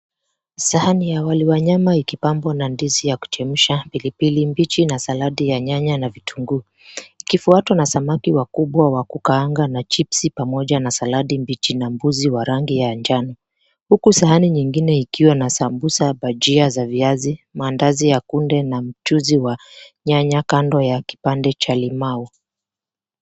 Sahani ya wali wa nyama ikipambwa na ndizi ya kuchemsha, pilipili mbichi na saladi ya nyanya na vitunguu. Ikifuatwa na samaki wakubwa wa kukaanga na chipsi, pamoja na saladi mbichi na mbuzi wa rangi ya njano. Huku sahani nyingine ikiwa na sambusa, bajia za viazi, maandazi ya kunde na mchuzi wa nyanya kando ya kipande cha limau.